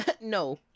No